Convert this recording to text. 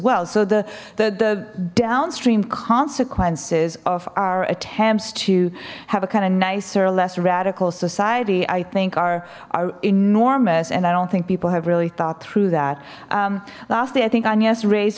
well so the the downstream consequences of our attempts to have a kind of nicer or less radical society i think are enormous and i don't think people have really thought through that lastly i think on yes raise